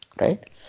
right